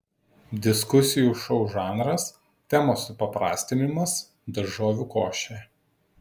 diskusijų šou žanras temos supaprastinimas daržovių košė